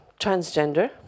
transgender